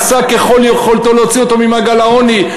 עשה ככל יכולתו להוציא ממעגל העוני,